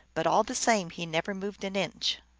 but all the same he never moved an inch.